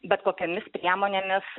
bet kokiomis priemonėmis